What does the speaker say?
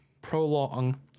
prolong